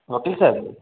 वकील साहिब